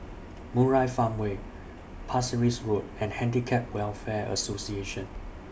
Murai Farmway Pasir Ris Road and Handicap Welfare Association